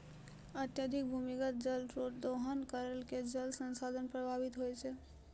अत्यधिक भूमिगत जल रो दोहन करला से जल संसाधन प्रभावित होय छै